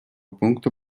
пункта